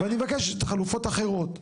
ואני מבקש חלופות אחרות.